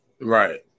right